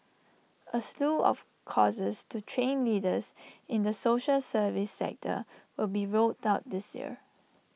A slew of courses to train leaders in the social service sector will be rolled out this year